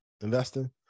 investing